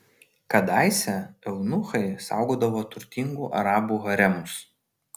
kadaise eunuchai saugodavo turtingų arabų haremus